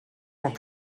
dans